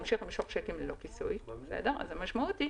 שנקבעה.